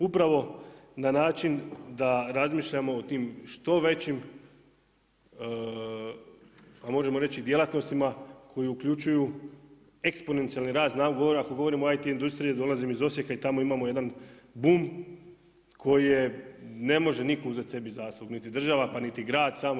Upravo na način da razmišljamo o tim što većim a možemo reći djelatnostima, koji uključuju eksponencijalni rast, znam, ako govorim o IT industriji, dolazim iz Osijeka i tamo imamo jedan bum, koje ne može nitko uzeti sebi zasluga, niti država, pa niti grad samo.